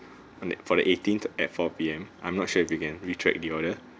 and for the eighteenth at four P_M I'm not sure if you can re-track the order